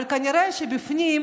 אבל כנראה שבפנים,